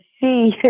see